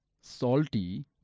salty